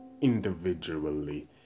individually